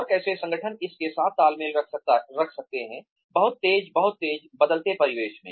और कैसे संगठन इस के साथ तालमेल रख सकते हैं बहुत तेज बहुत तेज बदलते परिवेश